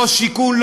לא שיקול,